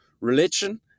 religion